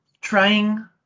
trying